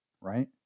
right